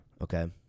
Okay